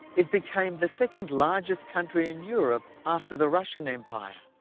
it became the second largest country in europe after the russian empire.